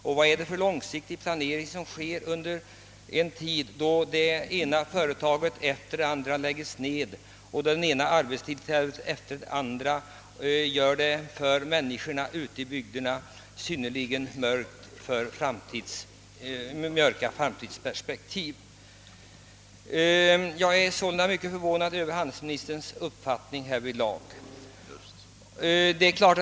Och vad är det för långsiktig planering som sker i tider då det ena företaget efter det andra lägges ned och arbetstillfällen försvinner och gör framtidsperspektiven mörka för människorna ute i bygderna? Givetvis är det många faktorer som här inverkar.